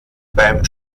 beim